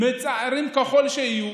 מצערים ככל שיהיו.